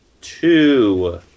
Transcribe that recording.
Two